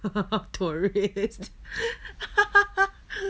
tourist